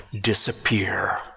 disappear